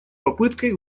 попыткой